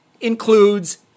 includes